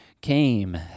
came